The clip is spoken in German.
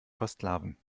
versklaven